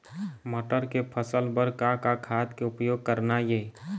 मटर के फसल बर का का खाद के उपयोग करना ये?